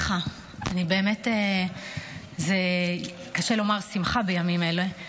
באמת קשה לומר "שמחה" בימים אלה,